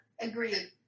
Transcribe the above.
Agreed